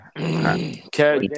Okay